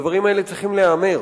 והדברים האלה צריכים להיאמר,